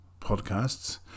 podcasts